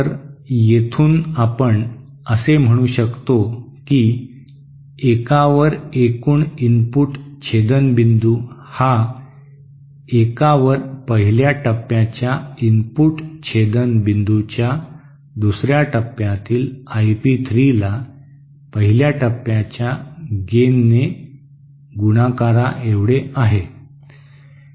तर येथून आपण असे म्हणू शकतो की एकावर एकूण इनपुट छेदन बिंदू हा एकावर पहिल्या टप्प्याच्या इनपुट छेदन बिंदूच्या दुसर्या टप्प्यातील आय पी 3 ला पहिल्या टप्प्याच्या गेनने गुणाकारा एवढे आहे